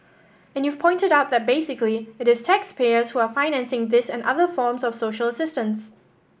and you've pointed out that basically it is taxpayers who are financing this and other forms of social assistance